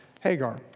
Hagar